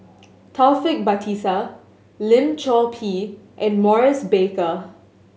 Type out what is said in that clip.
Taufik Batisah Lim Chor Pee and Maurice Baker